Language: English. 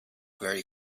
very